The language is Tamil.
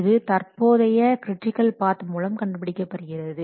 இது தற்போதைய கிரிட்டிக்கல் பாத் மூலம் கண்டுபிடிக்கப்படுகிறது